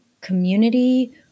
Community